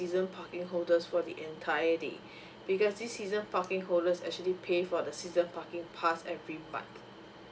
parking holders for the entire day because these season parking holders actually pay for the season parking pass every month